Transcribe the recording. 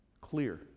clear